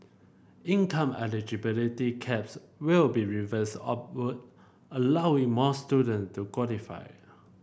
income eligibility caps will be revised upward allowing more student to qualify